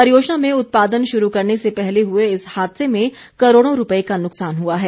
परियोजना में उत्पादन शुरू करने से पहले हुए इस हादसे में करोड़ों रूपए का नुकसान हुआ है